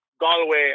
Galway